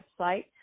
website